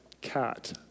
cat